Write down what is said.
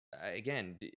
again